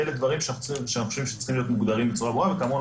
אלה דברים שאני חושב שצריך שיוגדרו בצורה ברורה וכאמור,